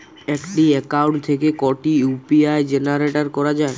একটি অ্যাকাউন্ট থেকে কটি ইউ.পি.আই জেনারেট করা যায়?